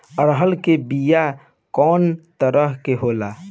अरहर के बिया कौ तरह के होला?